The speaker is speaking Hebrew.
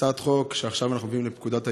הצעת חוק שעכשיו אנחנו מביאים, פקודת העיריות,